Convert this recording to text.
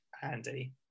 handy